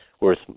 worth